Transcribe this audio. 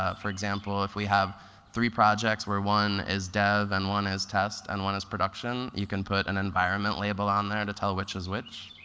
ah for example, if we have three projects where one is dev, and one is test, and one is production. you can put an environment label on there to tell which is which.